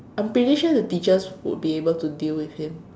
I'm pretty sure the teachers would be able to deal with him